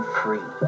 free